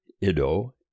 Ido